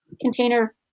container